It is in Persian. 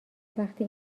وقتی